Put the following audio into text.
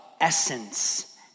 essence